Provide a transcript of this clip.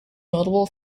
notable